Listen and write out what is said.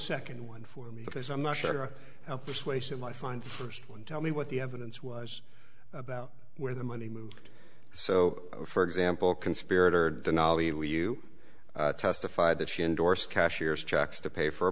second one for me because i'm not sure how persuasive i find first one tell me what the evidence was about where the money moved so for example conspirator denali where you testified that she endorsed cashier's checks to pay for a